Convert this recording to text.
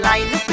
Line